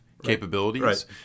capabilities